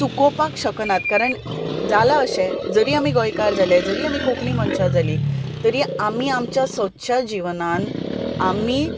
चुकोवपाक शकनात कारण जालां अशें जरी आमी गोंयकार जाले जरी आमी कोंकणी मनशां जालीं तरी आमी आमच्या सदच्या जिवनांत आमी